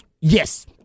Yes